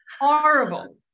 Horrible